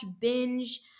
Binge